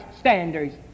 standards